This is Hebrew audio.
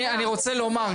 אני רוצה לומר,